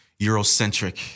Eurocentric